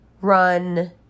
run